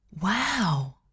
Wow